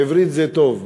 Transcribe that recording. בעברית זה טוב,